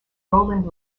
roland